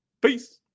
Peace